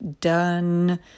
done